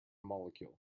molecule